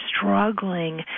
struggling